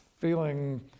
feeling